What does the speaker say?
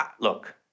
look